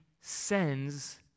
sends